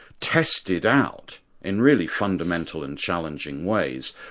tested out in really fundamental and challenging ways,